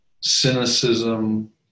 cynicism